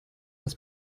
das